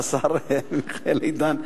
השר מיכאל איתן?